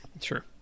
Sure